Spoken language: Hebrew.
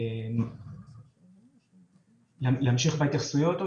להמשיך בהתייחסויות?